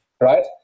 right